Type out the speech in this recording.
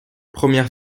première